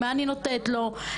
מה אני נותנת לו,